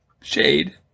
Shade